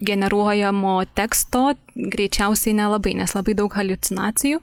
generuojamo teksto greičiausiai nelabai nes labai daug haliucinacijų